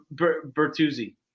Bertuzzi